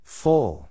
full